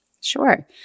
Sure